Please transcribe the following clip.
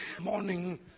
Morning